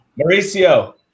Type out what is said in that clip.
Mauricio